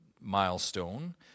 milestone